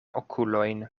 okulojn